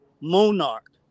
monarch